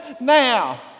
Now